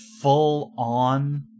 full-on